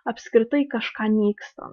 apskritai kažką nykstant